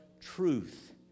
truth